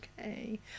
okay